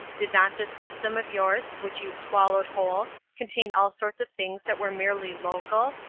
did not this system of yours, which you swallowed whole, contain all sorts of things that were merely local,